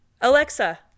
Alexa